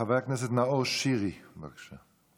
חבר הכנסת נאור שירי, בבקשה.